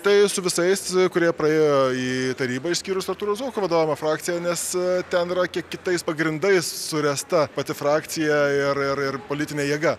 tai su visais kurie praėjo į tarybą išskyrus artūro zuoko vadovaujamą frakciją nes ten yra kiek kitais pagrindais suręsta pati frakcija ir ir ir politinė jėga